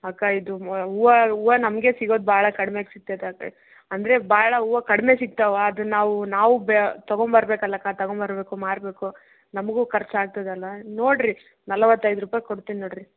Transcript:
ಅಕ್ಕ ಇದು ಮೊ ಹೂವ ಹೂವ ನಮಗೇ ಸಿಗೋದು ಬಹಳ ಕಡ್ಮೆಗೆ ಸಿಕ್ತೈತೆ ಅಕ್ಕ ಅಂದರೆ ಭಾಳ ಹೂವ ಕಡಿಮೆ ಸಿಗ್ತವೆ ಅದು ನಾವು ನಾವೂ ಬೆ ತಗೊಂಬರಬೇಕಲ್ಲಕ್ಕ ತಗೊಂಬರಬೇಕು ಮಾರಬೇಕು ನಮಗೂ ಖರ್ಚು ಆಗ್ತದಲ್ಲ ನೋಡಿರಿ ನಲವತ್ತೈದು ರೂಪಾಯ್ಗೆ ಕೊಡ್ತೀನಿ ನೋಡಿರಿ